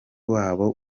wabo